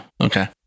okay